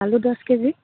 আলু দহ কেজি